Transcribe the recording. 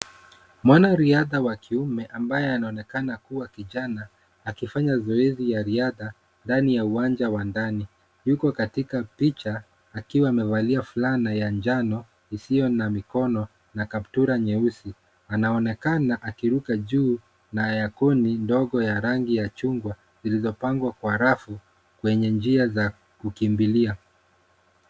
Mwanariadha wa kiume ambaye anaonekana kuwa kijana akifanya zoezi la riadha ndani ya uwanja wa ndani. Yuko kwenye picha, akiwa amevaa fulana ya njano isiyo na mikono na kaptura nyeusi. Anaonekana akiruka juu na ikoni ndogo vya rangi ya chungwa vilivyopangwa kwa mpangilio kwenye njia za kukimbilia.